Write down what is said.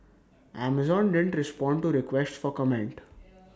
Amazon didn't respond to requests for comment